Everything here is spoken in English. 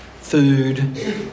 food